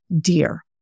dear